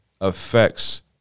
affects